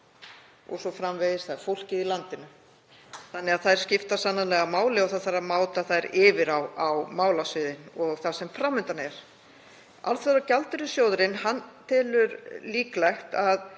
o.s.frv., þ.e. fólkið í landinu, þannig að þær skipta sannarlega máli og það þarf að máta þær yfir á málasviðin og það sem fram undan er. Alþjóðagjaldeyrissjóðurinn telur líklegt að